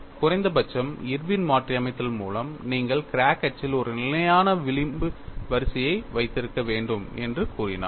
குறைந்த பட்சம் இர்வின் மாற்றியமைத்தல் மூலம் நீங்கள் கிராக் அச்சில் ஒரு நிலையான விளிம்பு வரிசையை வைத்திருக்க வேண்டும் என்று கூறினார்